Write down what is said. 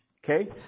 Okay